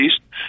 east